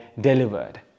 delivered